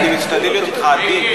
אני משתדל להיות אתך עדין.